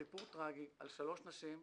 סיפור טרגי על שלוש שנשים,